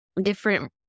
different